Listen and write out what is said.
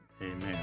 Amen